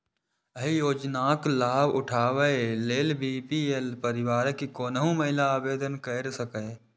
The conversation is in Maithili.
एहि योजनाक लाभ उठाबै लेल बी.पी.एल परिवारक कोनो महिला आवेदन कैर सकैए